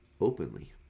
openly